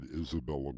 Isabella